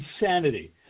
insanity